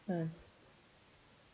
mm